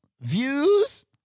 views